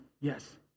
yes